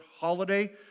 holiday